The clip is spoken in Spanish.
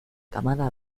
camada